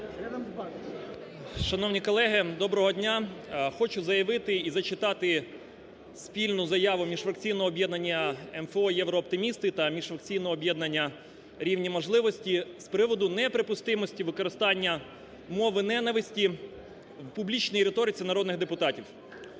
Шановні колеги, доброго дня! Хочу заявити і зачитати спільну заяву міжфракційного об'єднання (МФО) "ЄвроОптимісти" та міжфракційного об'єднання "Рівні можливості" з приводу неприпустимості використання мови ненависті в публічній риториці народних депутатів.